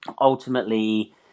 Ultimately